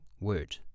word